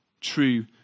true